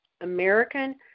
American